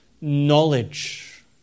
knowledge